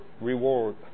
reward